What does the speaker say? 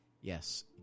Yes